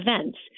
events